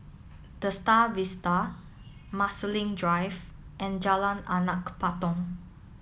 The Star Vista Marsiling Drive and Jalan Anak Patong